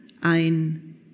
ein